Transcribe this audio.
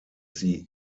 sie